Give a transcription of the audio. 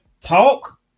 talk